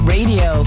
Radio